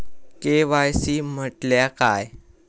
KYC म्हटल्या काय?